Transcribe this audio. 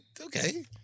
Okay